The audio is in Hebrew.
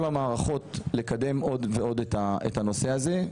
המערכות לקדם עוד ועוד את הנושא הזה,